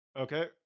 Okay